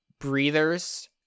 breathers